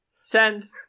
Send